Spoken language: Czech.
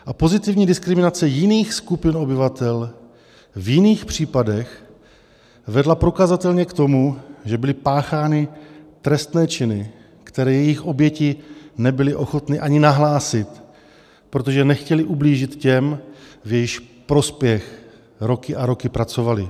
A pozitivní diskriminace jiných skupin obyvatel v jiných případech vedla prokazatelně k tomu, že byly páchány trestné činy, které jejich oběti nebyly ochotny ani nahlásit, protože nechtěly ublížit těm, v jejichž prospěch roky a roky pracovaly.